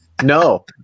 No